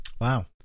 Wow